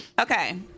Okay